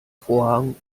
vorhang